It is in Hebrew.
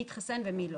מי התחסן ומי לא.